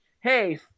hey